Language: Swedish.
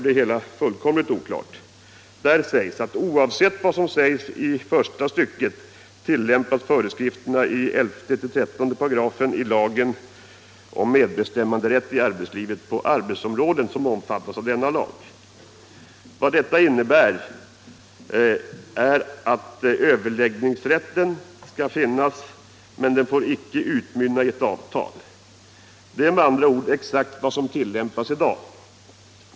Det heter där: ”Oavsett vad som sägs i första stycket tillämpas föreskrifterna i 11-13 §§ lagen --- om medbestämmande i arbetslivet på anställningsförhållanden som omfattas av denna lag.” Vad detta innebär är att överläggningsrätten skall finnas men att överläggningar icke får utmynna i ett avtal. Det är med andra ord exakt vad som tillämpas i dag.